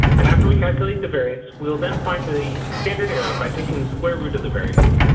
and after we calculate the variance, we will then find the standard error by taking the square root of the variance.